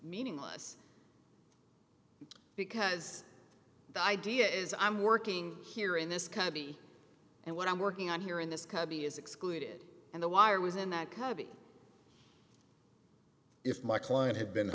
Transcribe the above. meaningless because the idea is i'm working here in this country and what i'm working on here in this cubby is excluded and the wire was in that cubby if my client had been